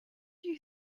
you